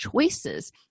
choices